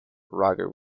roger